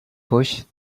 pushed